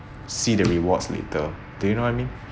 see the rewards later do you know what I mean